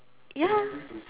ya